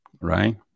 right